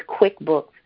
QuickBooks